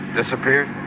disappeared